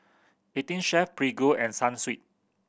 Eighteen Chef Prego and Sunsweet